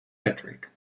patrick